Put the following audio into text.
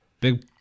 Big